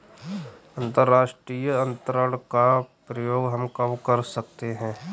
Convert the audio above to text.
अंतर्राष्ट्रीय अंतरण का प्रयोग हम कब कर सकते हैं?